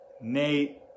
Nate